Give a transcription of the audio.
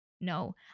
No